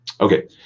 Okay